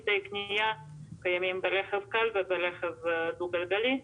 מסי קנייה קיימים ברכב קל וברכב דו-גלגלי.